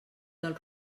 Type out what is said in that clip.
del